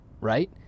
Right